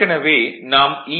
ஏற்கனவே நாம் ஈ